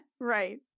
Right